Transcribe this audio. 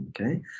okay